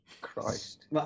Christ